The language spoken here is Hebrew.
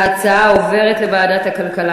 ההצעה עוברת לוועדת הכלכלה.